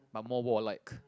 but more war liked